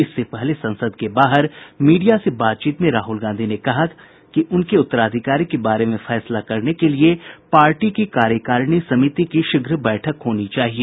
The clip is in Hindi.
इससे पहले संसद के बाहर मीडिया से बातचीत में राहुल गांधी ने कहा है कि उनके उत्तराधिकारी के बारे में फैसला करने के लिए पार्टी की कार्यकारिणी समिति की शीघ्र बैठक होनी चाहिए